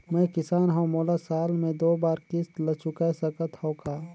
मैं किसान हव मोला साल मे दो बार किस्त ल चुकाय सकत हव का?